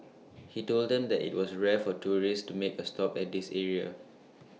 he told them that IT was rare for tourists to make A stop at this area